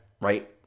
right